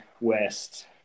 West